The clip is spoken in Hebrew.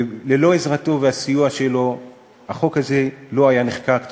ללא עזרתו וסיועו החוק הזה לא היה נחקק.